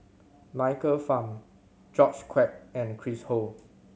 Michael Fam George Quek and Chris Ho